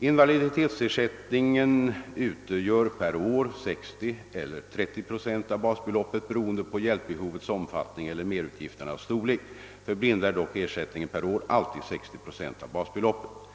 Invaliditetsersättningen utgör per år 60 eller 30 procent av basbeloppet beroende på hjälpbehovets omfattning eller merutgifternas storlek. För blinda är dock ersättningen per år alltid 60 procent av basbeloppet.